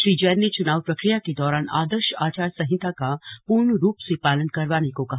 श्री जैन ने चुनाव प्रक्रिया के दौरान आदर्श आचार संहिता का पूर्ण रूप से पालन करवाने को कहा